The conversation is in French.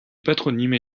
patronymes